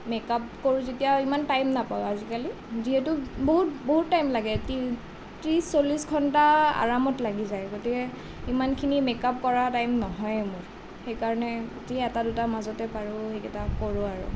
makeup কৰোঁ যেতিয়া ইমান টাইম নাপাওঁ আজিকালি যিহেতু বহুত বহুত টাইম লাগে ত্ৰিছ চল্লিছ ঘণ্টা আৰামত লাগি যায় গতিকে ইমানখিনি মেকআপ কৰা টাইম নহয়ে মোৰ সেইকাৰণে যি এটা দুটা মাজতে পাৰোঁ সেইকেইটা কৰোঁ আৰু